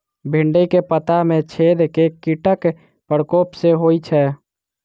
भिन्डी केँ पत्ता मे छेद केँ कीटक प्रकोप सऽ होइ छै?